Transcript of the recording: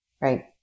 right